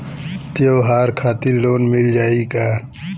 त्योहार खातिर लोन मिल जाई का?